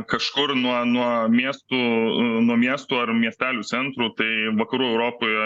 kažkur nuo nuo miestų nuo miestų ar miestelių centrų tai vakarų europoje